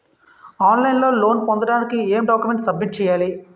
On line లో loan పొందటానికి ఎం డాక్యుమెంట్స్ సబ్మిట్ చేయాలి?